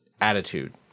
attitude